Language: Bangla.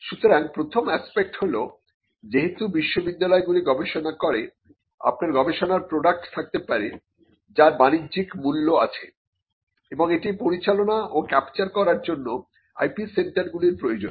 সুতরাং প্রথম অ্যাসপেক্ট হল যেহেতু বিশ্ববিদ্যালয়গুলি গবেষণা করে আপনার গবেষণার প্রডাক্ট থাকতে পারে যার বাণিজ্যিক মূল্য আছে এবং এটি পরিচালনা ও ক্যাপচার করার জন্য IPসেন্টারগুলির প্রয়োজন